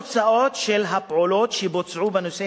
הוא אומר: "אחת התוצאות של הפעולות שבוצעו בנושא